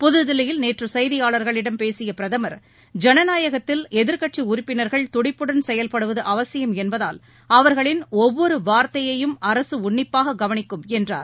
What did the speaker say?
புதுதில்லியில் நேற்று செய்தியாளர்களிடம் பேசிய பிரதமர் ஜனநாயகத்தில் எதிர்க்கட்சி உறுப்பினர்கள் துடிப்புடன் செயல்படுவது அவசியம் என்பதால் அவர்களின் ஒவ்வொரு வார்த்தையையும் அரசு உன்னிப்பாக கவனிக்கும் என்றார்